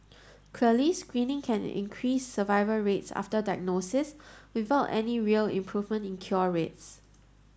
clearly screening can increase survival rates after diagnosis without any real improvement in cure rates